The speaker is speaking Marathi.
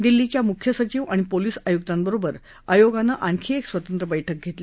दिल्लीच्या मुख्य सचिव आणि पोलिस आयुक्तांबरोबर आयोगानं आणखी एक स्वतंत्र बैठक घेतली